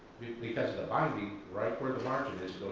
because the binding right where the margin is,